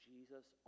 Jesus